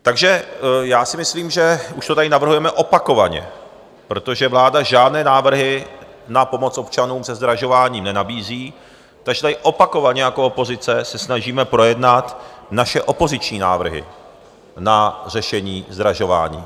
Takže já si myslím, že už to tady navrhujeme opakovaně, protože vláda žádné návrhy na pomoc občanům se zdražováním nenabízí, takže tady se opakovaně jako opozice snažíme projednat naše opoziční návrhy na řešení zdražování.